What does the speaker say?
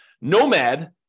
Nomad